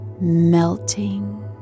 melting